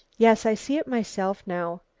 yes, i see it myself now.